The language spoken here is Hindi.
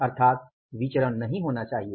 अर्थात विचरण नहीं होना चाहिए